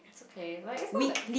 okay like it's not that